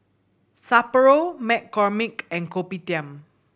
Sapporo McCormick and Kopitiam